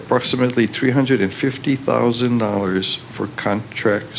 approximately three hundred fifty thousand dollars for contract